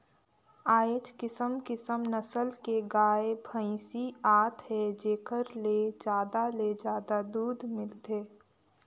आयज किसम किसम नसल के गाय, भइसी आत हे जेखर ले जादा ले जादा दूद मिलथे